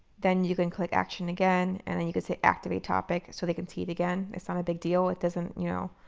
then you can click action again and then you can say activate topic so they can see it again. it's not a big deal. it doesn't, you know,